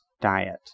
diet